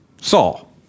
Saul